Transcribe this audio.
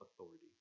authority